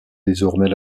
désormais